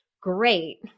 great